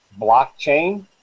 blockchain